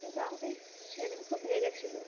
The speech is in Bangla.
কিন্তু আমাকে সেদিন খুব লেগেছিল